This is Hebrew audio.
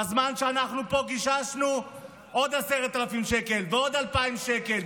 בזמן שאנחנו פה קוששנו עוד 10,000 שקל ועוד 2,000 שקל.